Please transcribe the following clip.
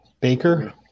Baker